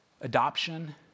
adoption